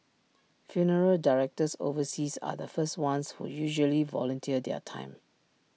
funeral directors overseas are the first ones who usually volunteer their time